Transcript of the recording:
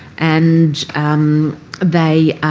and they